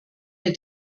der